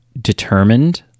determined